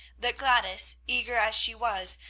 that gladys, eager as she was,